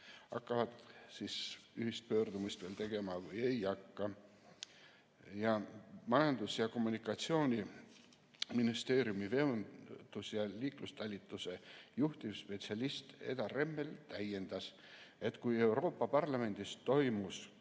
hakkavad veel ühist pöördumist tegema või ei hakka. Majandus‑ ja Kommunikatsiooniministeeriumi veondus‑ ja liiklustalituse juhtivspetsialist Eda Rembel täiendas, et kui Euroopa Parlamendis toimus